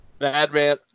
Madman